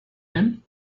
him